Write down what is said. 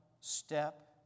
step